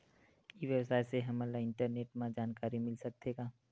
ई व्यवसाय से हमन ला इंटरनेट मा जानकारी मिल सकथे का?